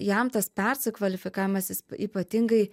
jam tas persikvalifikavimas jis ypatingai